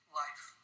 life